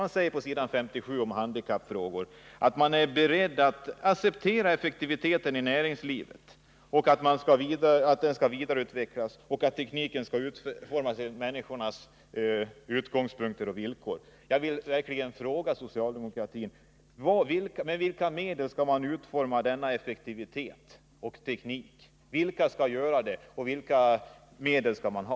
De säger på s. 57 om handikappfrågor: ”Effektiviteten i näringslivet måste vidareutvecklas och tekniken utformas med utgångspunkt i människornas egenskaper och villkor.” Jag vill verkligen fråga socialdemokratin: Vilka skall utforma denna effektivitet och teknik? Och vilka medel skall man ha?